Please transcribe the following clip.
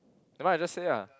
nevermind ah just say ah